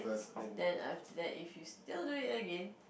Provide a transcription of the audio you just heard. once then after that if you still do it again